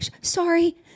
sorry